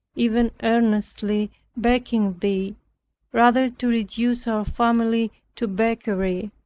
even earnestly begging thee rather to reduce our family to beggary,